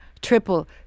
triple